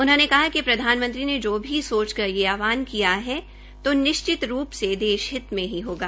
उन्होंने कहा कि प्रधानमंत्री ने जो सोचकर यह आहवान किया है तो निश्चित रूप से देश के हित मे ही होगा